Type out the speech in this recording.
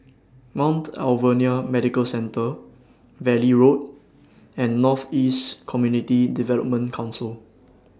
Mount Alvernia Medical Centre Valley Road and North East Community Development Council